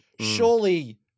surely